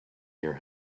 hear